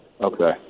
Okay